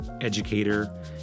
educator